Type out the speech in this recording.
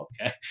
okay